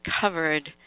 covered